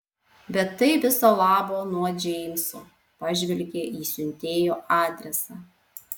bet tai viso labo nuo džeimso pažvelgė į siuntėjo adresą